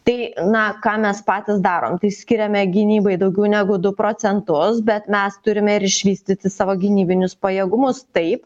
tai na ką mes patys darom tai skiriame gynybai daugiau negu du procentus bet mes turime ir išvystyti savo gynybinius pajėgumus taip